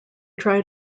try